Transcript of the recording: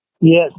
Yes